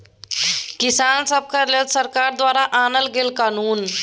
किसान सभक लेल सरकार द्वारा आनल गेल कानुन